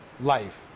life